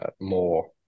more